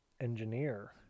engineer